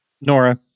Nora